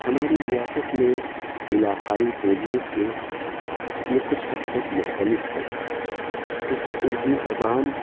ہماری ریاست میں علاقائی بولیوں سے یہ کچھ حد تک مختلف ہے کیونکہ اردو زبان